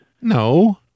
No